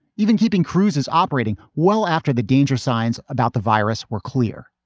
even keeping cruises operating well after the danger signs about the virus were clear.